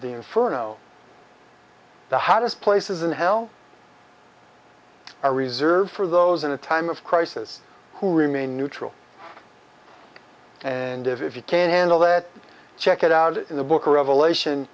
the inferno the hottest places in hell are reserved for those in a time of crisis who remain neutral and if you can't handle that check it out in the book or revelation